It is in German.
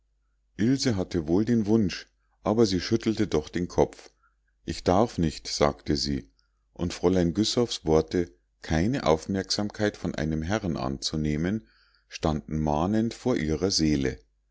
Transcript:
ilse hatte wohl den wunsch aber sie schüttelte doch den kopf ich darf nicht sagte sie und fräulein güssows worte keine aufmerksamkeit von einem herrn anzunehmen standen mahnend vor ihrer seele